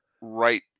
right